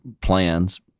plans